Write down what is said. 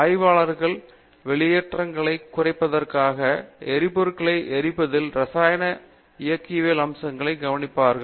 ஆய்வாளர்கள் வெளியேற்றங்களைக் குறைப்பதற்காக எரிபொருட்களை எரிப்பதில் இரசாயன இயக்கவியல் அம்சங்களைக் கவனிப்பவர்கள்